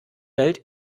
welt